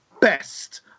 best